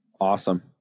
Awesome